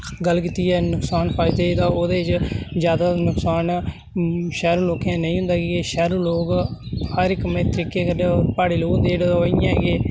गल्ल कीती जाए नुकसान फायदे तां ओह्दे च ज्यादा नुकसान शैह्रू लोकें दा नेईं होंदा जि'यां कि शैह्रू लोग हर इक तरीके कन्नैओह् प्हाड़ू लोक होंदे ओह् इयां गै